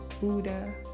Buddha